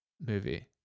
movie